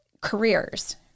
careers